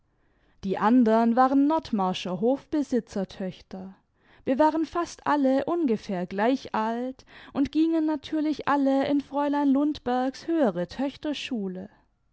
die andern waren nordmarscher hofbesitzertöchter wir waren fast alle ungefähr gleich alt und gingen natürlich alle in fräulein lundbergs höhere